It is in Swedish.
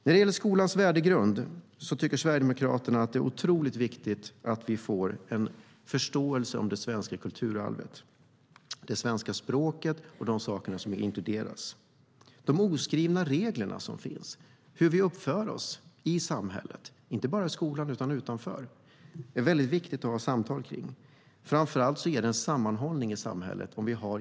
När det gäller skolans värdegrund tycker Sverigedemokraterna att det är viktigt att vi får en förståelse för det svenska kulturarvet, det svenska språket med mera. Det handlar om de oskrivna regler som finns och hur vi uppför oss, inte bara i skolan utan i hela samhället. Det är viktigt att ha samtal om detta. Gemensamma värderingar ger en sammanhållning i samhället.